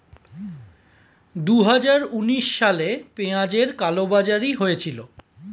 দুহাজার উনিশ সালে পেঁয়াজের কালোবাজারি হয়েছিল